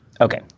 Okay